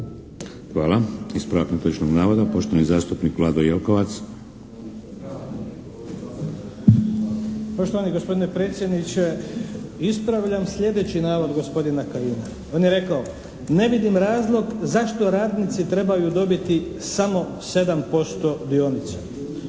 ispravljam sljedeći navod gospodina Kajina. On je rekao: «Ne vidim razlog zašto radnici trebaju dobiti samo 7% dionica?»